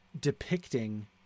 depicting